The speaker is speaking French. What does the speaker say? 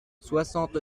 soixante